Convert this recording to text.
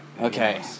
Okay